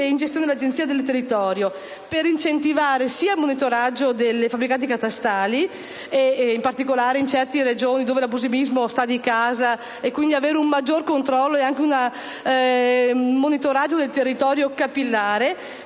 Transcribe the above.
in gestione all'Agenzia del territorio, al fine di incentivare il monitoraggio dei fabbricati catastali, in particolare in certe Regioni dove l'abusivismo è di casa (quindi con un maggior controllo e un monitoraggio del territorio capillare),